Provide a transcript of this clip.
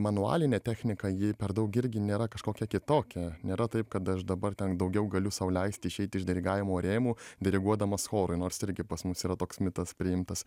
manualinė technika ji per daug irgi nėra kažkokia kitokia nėra taip kad aš dabar ten daugiau galiu sau leisti išeiti iš dirigavimo rėmų diriguodamas chorui nors irgi pas mus yra toks mitas priimtas